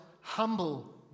humble